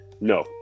no